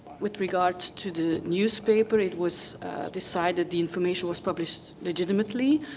with regards to the newspaper, it was decided the information was published legitimately,